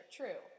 true